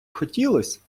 хотілось